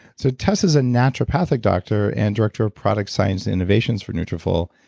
so tess is a naturopathic doctor and director of product-science innovations for nutrafol.